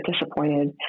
disappointed